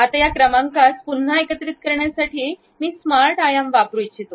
आता या क्रमांकास पुन्हा एकत्रित करण्यासाठी मी स्मार्ट आयाम वापरू इच्छितो